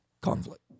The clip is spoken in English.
conflict